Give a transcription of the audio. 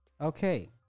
okay